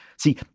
See